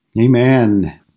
Amen